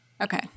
Okay